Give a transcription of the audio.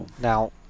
Now